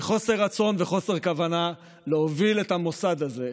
מחוסר רצון וחוסר כוונה להוביל את המוסד הזה,